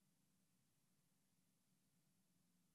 --- עכשיו,